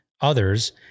Others